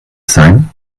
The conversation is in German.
sein